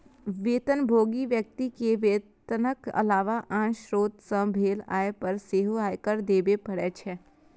वेतनभोगी व्यक्ति कें वेतनक अलावा आन स्रोत सं भेल आय पर सेहो आयकर देबे पड़ै छै